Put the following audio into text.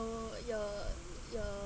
oh your your